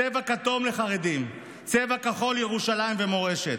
צבע כתום לחרדים, צבע כחול, ירושלים ומורשת,